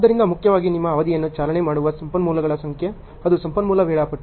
ಆದ್ದರಿಂದ ಮುಖ್ಯವಾಗಿ ನಿಮ್ಮ ಅವಧಿಯನ್ನು ಚಾಲನೆ ಮಾಡುವ ಸಂಪನ್ಮೂಲಗಳ ಸಂಖ್ಯೆ ಅದು ಸಂಪನ್ಮೂಲ ವೇಳಾಪಟ್ಟಿ